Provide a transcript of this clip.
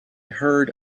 heard